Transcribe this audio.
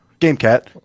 GameCat